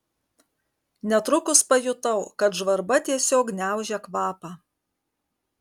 netrukus pajutau kad žvarba tiesiog gniaužia kvapą